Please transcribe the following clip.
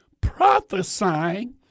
Prophesying